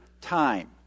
time